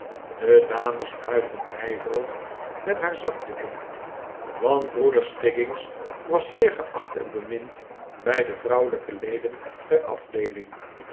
de dames wuifden ijverig met haar zakdoeken want broeder stiggins was zeer ge acht en bemind bij de vrouwelijke leden der afdeeling